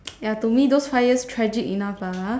ya to me those five years tragic enough lah ah